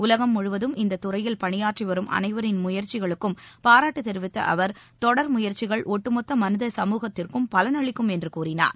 உலகம் முழுவதும் இந்தத்துறையில் பணியாற்றி வரும் அனைவரின் முயற்சிகளுக்கும் பாராட்டு தெரிவித்த அவர் தொடர் முயற்சிகள் ஒட்டுமொத்த மனித சமூகத்துக்கும் பலன் அளிக்கும் என்று கூறினார்